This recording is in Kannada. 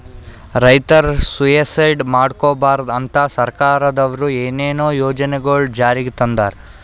ರೈತರ್ ಸುಯಿಸೈಡ್ ಮಾಡ್ಕೋಬಾರ್ದ್ ಅಂತಾ ಸರ್ಕಾರದವ್ರು ಏನೇನೋ ಯೋಜನೆಗೊಳ್ ಜಾರಿಗೆ ತಂದಾರ್